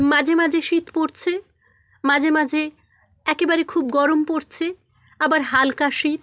মাঝে মাঝে শীত পড়ছে মাঝে মাঝে একেবারে খুব গরম পড়ছে আবার হালকা শীত